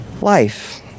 life